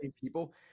people